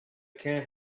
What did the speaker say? can